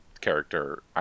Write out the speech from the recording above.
character